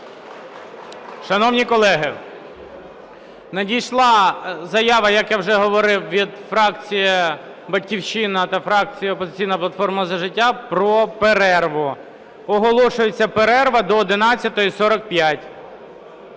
Шановні колеги, надійшли заява, як я вже говорив, від фракції "Батьківщина" та фракції "Опозиційна платформа – За життя" про перерву. Оголошується перерва до 11:45.